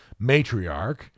matriarch